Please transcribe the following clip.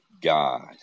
God